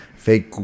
Fake